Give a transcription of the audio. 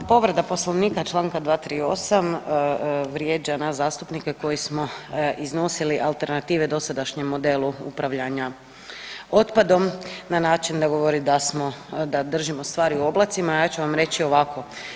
Pa povreda Poslovnika čl. 238. vrijeđa nas zastupnike koji smo iznosili alternative dosadašnjem modelu upravljanja otpadom na način da govori da smo, da držimo stvari u oblacima, a ja ću vam reći ovako.